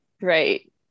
Right